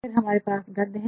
फिर हमारे पास गद्य है